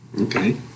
Okay